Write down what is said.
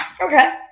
Okay